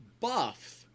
buff